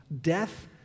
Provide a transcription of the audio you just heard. Death